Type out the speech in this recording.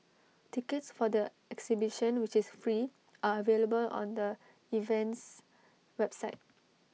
tickets for the exhibition which is free are available on the event's website